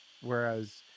Whereas